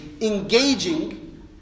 engaging